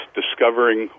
discovering